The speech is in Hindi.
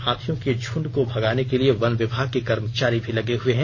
हाथियों के झुंड को भगाने के लिए वन विभाग के कर्मचारी लगे हुए हैं